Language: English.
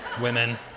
women